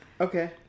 Okay